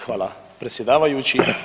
Hvala predsjedavajući.